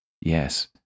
Yes